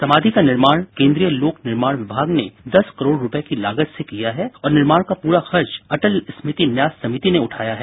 समाधि का निर्माण केन्द्रीय लोक निर्माण विभाग ने दस करोड़ रुपये की लागत से किया है और निर्माण का पूरा खर्च अटल स्मृति न्यास समिति ने उठाया है